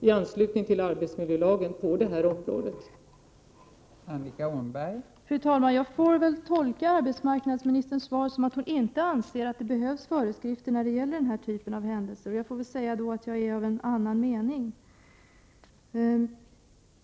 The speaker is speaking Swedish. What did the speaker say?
I anslutning till arbetsmiljölagen finns det också allmänna råd på det här området.